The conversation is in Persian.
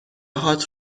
هات